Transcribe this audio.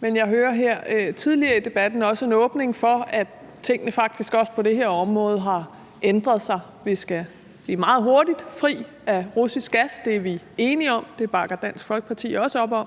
men jeg hørte her tidligere i debatten også en åbenhed for, at tingene faktisk også på det her område har ændret sig: Vi skal meget hurtigt blive fri af russisk gas. Det er vi enige om, det bakker Dansk Folkeparti også op om,